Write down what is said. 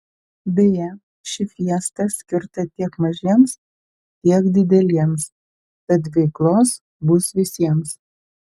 beje ši fiesta skirta tiek mažiems tiek dideliems tad veiklos bus visiems